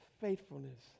Faithfulness